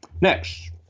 Next